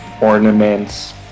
ornaments